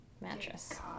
mattress